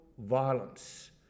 violence